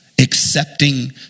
accepting